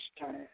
time